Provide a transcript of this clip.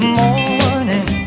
morning